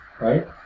Right